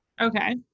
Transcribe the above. Okay